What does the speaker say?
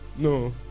No